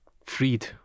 Freed